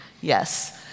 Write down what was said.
Yes